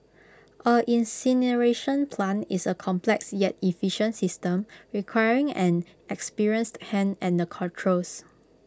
an incineration plant is A complex yet efficient system requiring an experienced hand at the controls